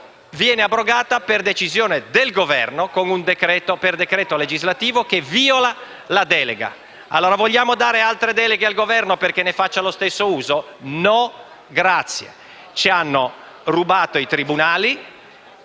viene abrogata per decisione del Governo stesso, con un decreto legislativo che viola la delega. Vogliamo dare allora altre deleghe al Governo perché ne faccia lo stesso uso? No, grazie. Ci hanno già rubato i tribunali.